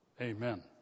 Amen